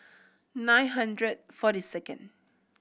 nine hundred forty second